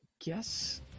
guess